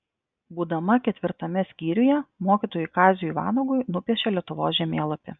būdama ketvirtame skyriuje mokytojui kaziui vanagui nupiešė lietuvos žemėlapį